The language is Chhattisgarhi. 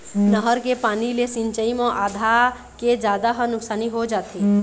नहर के पानी ले सिंचई म आधा के जादा ह नुकसानी हो जाथे